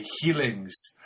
healings